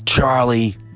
Charlie